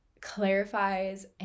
clarifies